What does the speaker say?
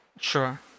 Sure